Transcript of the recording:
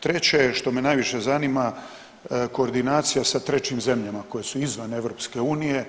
Treće je što me najviše zanima, koordinacija sa trećim zemljama koje su izvan EU.